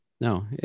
no